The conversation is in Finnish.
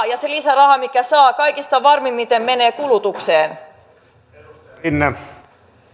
ja se lisäraha mikä saadaan kaikista varmimmin menevät kulutukseen